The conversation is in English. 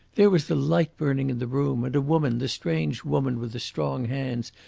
there was the light burning in the room, and a woman, the strange woman with the strong hands,